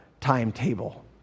timetable